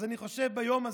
אז אני חושב ביום הזה,